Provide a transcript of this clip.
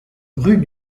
rue